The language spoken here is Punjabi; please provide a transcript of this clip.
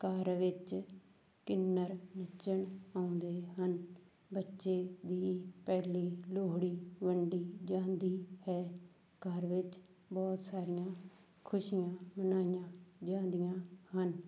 ਘਰ ਵਿੱਚ ਕਿੰਨਰ ਨੱਚਣ ਆਉਂਦੇ ਹਨ ਬੱਚੇ ਦੀ ਪਹਿਲੀ ਲੋਹੜੀ ਵੰਡੀ ਜਾਂਦੀ ਹੈ ਘਰ ਵਿੱਚ ਬਹੁਤ ਸਾਰੀਆਂ ਖੁਸ਼ੀਆਂ ਮਨਾਈਆਂ ਜਾਂਦੀਆਂ ਹਨ